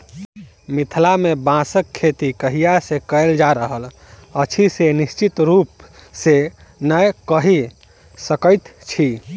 मिथिला मे बाँसक खेती कहिया सॅ कयल जा रहल अछि से निश्चित रूपसॅ नै कहि सकैत छी